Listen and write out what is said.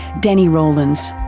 danni rowlands.